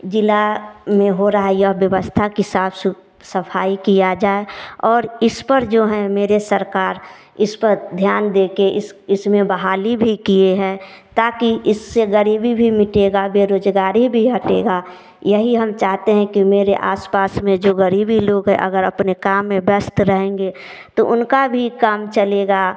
जिला में हो रहा है यह व्यवस्था कि साफ सफाई किया जाए और इस पर जो है मरे सरकार इस पर ध्यान दे के इस इसमें बहाली भी किए हैं ताकि इससे गरीबी भी मिटेगा बेरोजगारी भी हटेगा यही हम चाहते हैं कि मेरे आसपास में जो गरीबी लोग है अगर अपने काम में व्यस्त रहेंगे तो उनका भी काम चलेगा